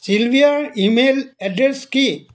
চিলভিয়াৰ email address কি